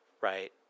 Right